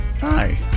Hi